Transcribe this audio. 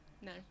No